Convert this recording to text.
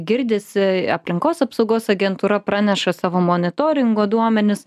girdisi aplinkos apsaugos agentūra praneša savo monitoringo duomenis